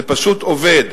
וזה פשוט עובד.